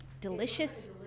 delicious